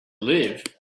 live